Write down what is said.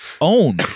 own